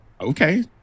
Okay